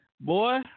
boy